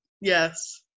yes